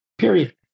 Period